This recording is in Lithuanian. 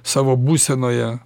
savo būsenoje